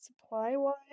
supply-wise